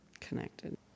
connected